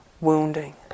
wounding